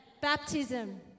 Baptism